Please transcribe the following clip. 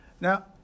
Now